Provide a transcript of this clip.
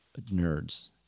nerds